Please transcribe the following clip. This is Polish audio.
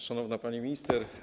Szanowna Pani Minister!